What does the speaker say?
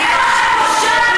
אין לכם בושה?